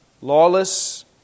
lawless